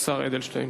השר אדלשטיין.